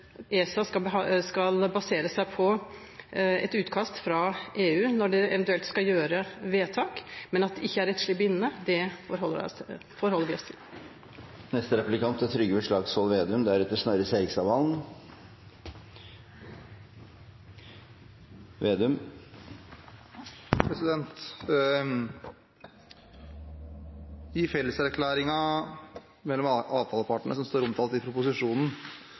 ESA skal basere seg på et utkast fra EU når det eventuelt skal gjøres vedtak, men at det ikke er rettslig bindende. Det forholder vi oss til. I felleserklæringen mellom avtalepartene som står omtalt i proposisjonen,